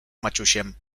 maciusiem